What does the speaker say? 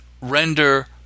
render